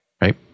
Right